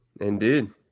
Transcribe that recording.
Indeed